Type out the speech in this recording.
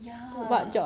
ya